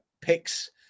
picks